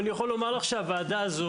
מי היו"ר?